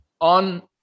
on